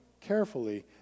carefully